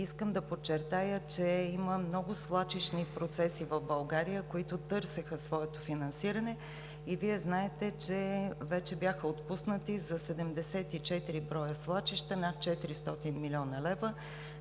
Искам да подчертая, че има много свлачищни процеси в България, които търсеха своето финансиране и Вие знаете, че вече бяха отпуснати за 74 броя свлачища над 400 млн. лв.,